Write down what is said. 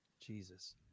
Jesus